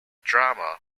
drama